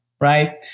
right